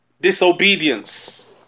disobedience